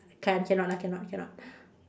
can't cannot lah cannot cannot